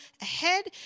ahead